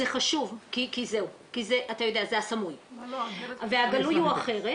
זה חשוב, כי זה הסמוי והגלוי הוא אחרת.